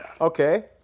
Okay